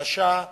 התש"ע 2010,